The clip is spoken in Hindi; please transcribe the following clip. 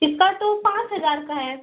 इसका तो पाँच हज़ार का है